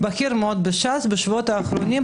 "בכיר מאוד בש"ס: בשבועות האחרונים,